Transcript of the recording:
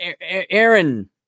Aaron